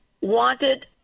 wanted